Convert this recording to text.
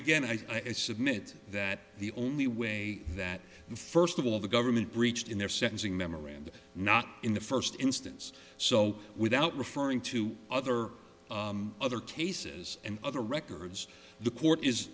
began i submit that the only way that first of all the government breached in their sentencing memorandum not in the first instance so without referring to other other cases and other records the court is